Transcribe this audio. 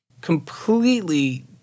completely